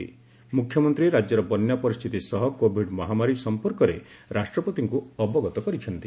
ମ୍ରଖ୍ୟମନ୍ତ୍ରୀ ରାଜ୍ୟର ବନ୍ୟା ପରିସ୍ଥିତି ସହ କୋଭିଡ୍ ମହାମାରୀ ସମ୍ପର୍କରେ ରାଷ୍ଟ୍ରପତିଙ୍କ ଅବଗତ କରିଛନ୍ତି